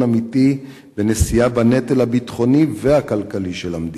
אמיתי ונשיאה בנטל הביטחוני והכלכלי של המדינה.